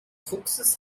fuchses